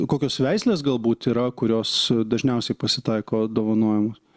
kokios veislės galbūt yra kurios dažniausiai pasitaiko dovanojamos